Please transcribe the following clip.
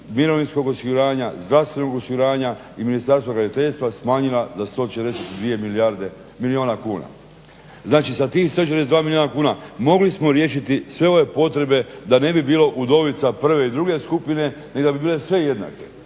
mirovinskog osiguranja, zdravstvenog osiguranja i ministarstva graditeljstva smanjila za 142 milijuna kuna. Znači, sa tih 142 milijuna kuna mogli smo riješiti sve ove potrebe da ne bi bilo udovica prve i druge skupine nego da bi bile sve jednake.